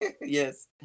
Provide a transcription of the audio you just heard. Yes